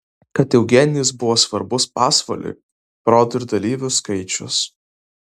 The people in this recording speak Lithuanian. kad eugenijus buvo svarbus pasvaliui parodo ir dalyvių skaičius